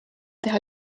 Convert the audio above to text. teha